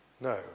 No